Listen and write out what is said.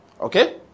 okay